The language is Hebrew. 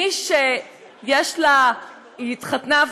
מי שהתארסה,